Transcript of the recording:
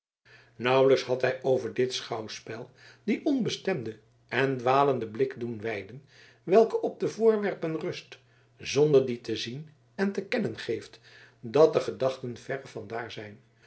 nauwelijks had hij over dit schouwspel dien onbestemden en dwalenden blik doen weiden welke op de voorwerpen rust zonder die te zien en te kennen geeft dat de gedachten verre van daar zijn